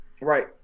Right